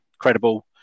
Credible